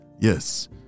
yes